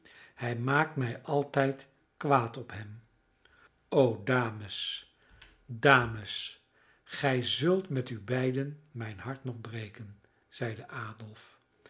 hij maakt mij altijd kwaad op hem o dames dames gij zult met u beiden mijn hart nog breken zeide adolf